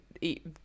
eat